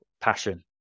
passion